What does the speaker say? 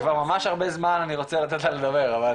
כבר ממש הרבה זמן אני רוצה לתת לה לדבר, אבל.